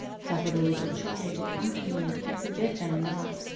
suffer the little children to come to me and forbid them not.